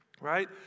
Right